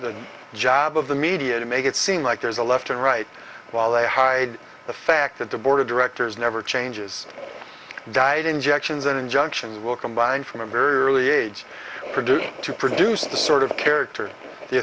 the job of the media to make it seem like there's a left and right while they hide the fact that the board of directors never changes diet injections an injunction that will combine from a very early age producing to produce the sort of character the